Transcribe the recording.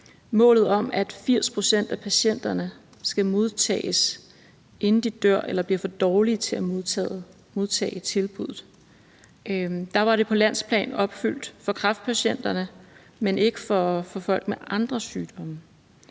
målet om, at 80 pct. af patienterne skal modtages, inden de dør eller bliver for dårlige til at modtage tilbuddet. På landsplan var det opfyldt for kræftpatienterne, men ikke for folk med andre sygdomme.